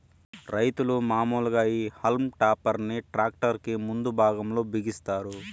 రైతులు మాములుగా ఈ హల్మ్ టాపర్ ని ట్రాక్టర్ కి ముందు భాగం లో బిగిస్తారు